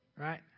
right